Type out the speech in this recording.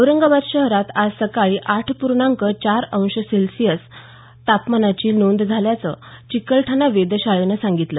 औरंगाबाद शहरात आज सकाळी आठ पूर्णांक चार अंश तापमानाची नोंद झाल्याचं चिकलठाणा वेधशाळेनं सांगितलं